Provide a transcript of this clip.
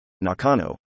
Nakano